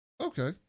Okay